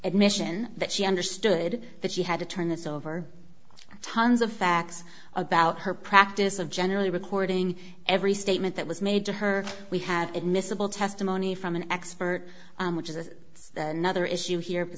admission that she understood that she had to turn this over tons of facts about her practice of generally recording every statement that was made to her we have admissible testimony from an expert which is another issue here